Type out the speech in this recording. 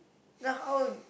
then how